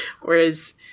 whereas